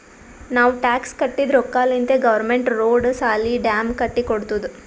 ನಾವ್ ಟ್ಯಾಕ್ಸ್ ಕಟ್ಟಿದ್ ರೊಕ್ಕಾಲಿಂತೆ ಗೌರ್ಮೆಂಟ್ ರೋಡ್, ಸಾಲಿ, ಡ್ಯಾಮ್ ಕಟ್ಟಿ ಕೊಡ್ತುದ್